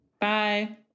Bye